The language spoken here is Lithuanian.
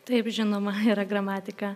taip žinoma yra gramatika